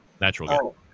natural